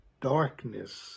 darkness